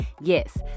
Yes